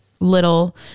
little